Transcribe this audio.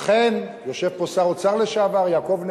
אכן, יושב פה שר האוצר לשעבר יעקב נאמן,